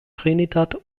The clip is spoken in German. trinidad